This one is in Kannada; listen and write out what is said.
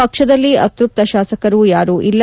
ಪಕ್ಷದಲ್ಲಿ ಅತ್ಯಪ್ತ ಶಾಸಕರು ಯಾರೂ ಇಲ್ಲ